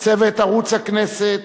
צוות ערוץ הכנסת,